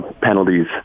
penalties